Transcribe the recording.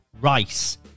rice